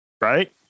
right